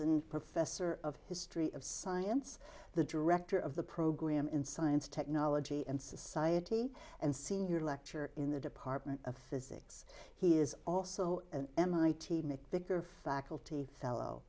and professor of history of science the director of the program in science technology and society and senior lecturer in the department of physics he is also an mit mc bigger faculty fellow